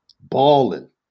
balling